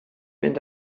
mynd